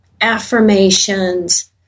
affirmations